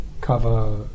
cover